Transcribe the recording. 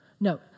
No